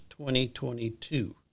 2022